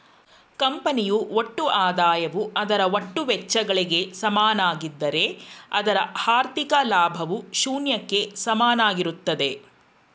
ಕಂಪನಿಯು ಒಟ್ಟು ಆದಾಯವು ಅದರ ಒಟ್ಟು ವೆಚ್ಚಗಳಿಗೆ ಸಮನಾಗಿದ್ದ್ರೆ ಅದರ ಹಾಥಿ೯ಕ ಲಾಭವು ಶೂನ್ಯಕ್ಕೆ ಸಮನಾಗಿರುತ್ತದೆ